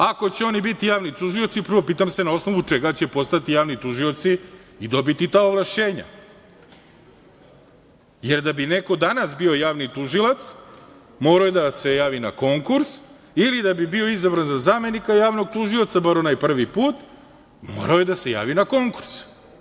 Ako će oni biti javni tužioci, prvo, pitam se na osnovu čega će postati javni tužioci i dobiti ta ovlašćenja, jer da bi neko danas bio javni tužilac mora da se javi na konkurs ili da bi bio izabran za zamenika javnog tužioca, bar onaj prvi put, morao je da se javi na konkurs.